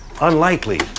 unlikely